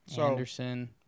Anderson